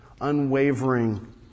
unwavering